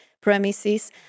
premises